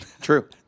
True